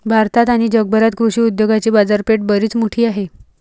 भारतात आणि जगभरात कृषी उद्योगाची बाजारपेठ बरीच मोठी आहे